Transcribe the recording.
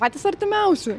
patys artimiausi